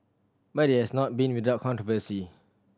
but it has not been without controversy